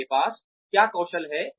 उनके पास क्या कौशल है